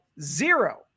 zero